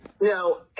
no